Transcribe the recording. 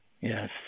Yes